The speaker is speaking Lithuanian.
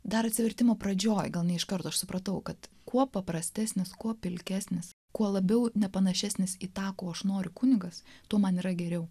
dar atsivertimo pradžioj gal ne iš karto aš supratau kad kuo paprastesnis kuo pilkesnis kuo labiau nepanašesnis į tą ko aš noriu kunigas tuo man yra geriau